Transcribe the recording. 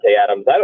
Adams